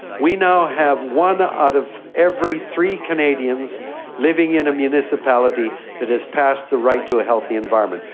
we now have one out of every three canadians living in a municipality that has passed the right to a healthy environment.